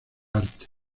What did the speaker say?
arte